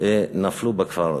נפלו בכפר הזה.